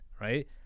Right